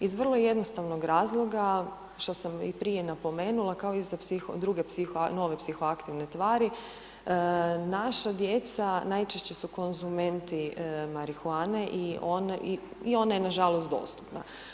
Iz vrlo jednostavnog razloga što sam i prije napomenula kao i za druge, nove psihoaktivne tvari naša djeca najčešće su konzumenti marihuane i ona je nažalost dostupna.